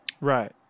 Right